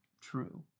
true